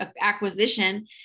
acquisition